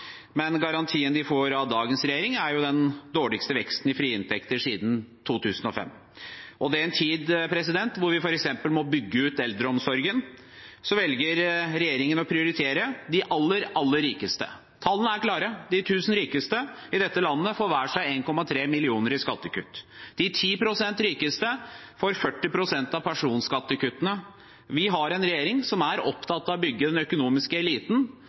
Men garantien de får av dagens regjering, er den dårligste veksten i frie inntekter siden 2005. I en tid hvor vi f.eks. må bygge ut eldreomsorgen, velger regjeringen å prioritere de aller, aller rikeste. Tallene er klare, de tusen rikeste i dette landet får 1,3 mill. kr i skattekutt hver. De 10 pst. rikeste får 40 pst. av personskattekuttene. Vi har en regjering som er opptatt av å bygge den økonomiske eliten